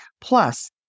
Plus